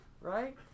Right